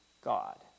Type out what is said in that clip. God